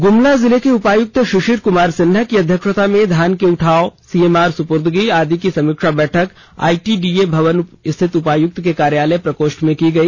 ग्मला जिले के उपायुक्त शिशिर कुमार सिन्हा की अध्यक्षता में धान के उठाव सीएमआर सुपूर्दगी आदि की समीक्षा बैठक आईटीडीए भवन स्थित उपायुक्त के कार्यालय प्रकोष्ठ में की गई